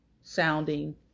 sounding